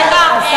סליחה.